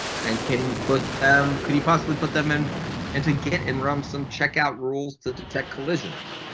and can you put them could you possibly put them in and to get in rumson checkout rules to detect collisions.